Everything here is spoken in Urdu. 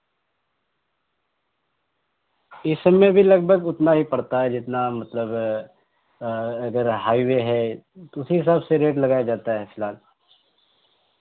اس سب میں بھی لگ بھگ اتنا ہی پڑتا ہے جتنا مطلب اگر ہائی وے ہے تو اسی حساب سے ریٹ لگایا جاتا ہے فالحال